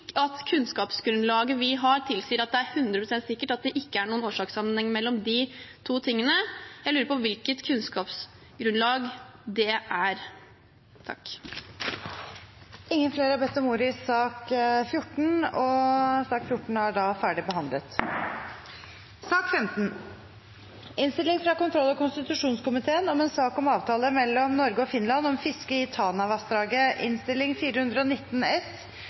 at kunnskapsgrunnlaget vi har, tilsier at det er 100 pst. sikkert at det ikke er noen årsakssammenheng mellom de to tingene. Jeg lurer på hvilket kunnskapsgrunnlag det er. Flere har ikke bedt om ordet til sak nr. 14. Etter ønske fra kontroll- og konstitusjonskomiteen vil presidenten foreslå at taletiden blir begrenset til 10 minutter til saksordfører, 5 minutter til hver av de øvrige partigruppene og